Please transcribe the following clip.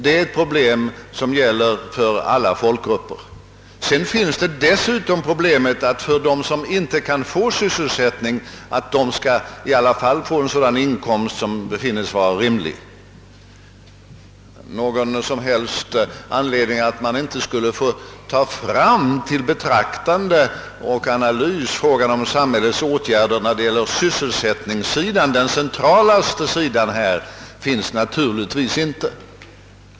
Dessutom finns problemet att de som inte kan få sysselsättning dock bör få en inkomst som befinnes rimlig. Några skäl varför man inte skulle få särskilt beakta och analysera frågan om samhällets åtgärder beträffande sysselsättningssidan, den mest centrala sidan, finns naturligtvis inte.